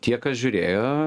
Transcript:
kad tie kas žiūrėjo